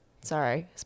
Sorry